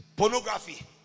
Pornography